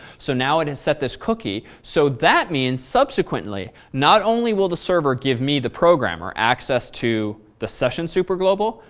so now it's set this cookie, so that means subsequently not only will the server give me the program or access to the session superglobal.